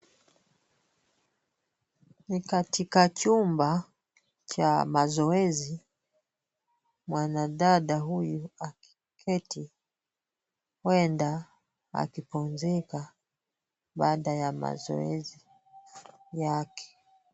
Ni katika chumba cha mazoezi. Mwanadada huyu ameketi. Huenda akipumzika baada ya mazoezi yake.